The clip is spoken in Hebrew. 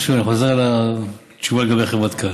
אני חוזר על התשובה לגבי חברת Cal: